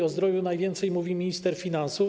O zdrowiu najwięcej mówi minister finansów.